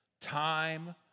Time